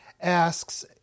asks